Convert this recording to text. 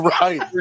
Right